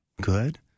Good